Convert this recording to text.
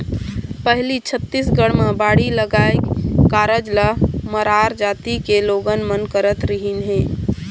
पहिली छत्तीसगढ़ म बाड़ी लगाए कारज ल मरार जाति के लोगन मन करत रिहिन हे